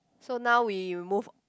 so now we move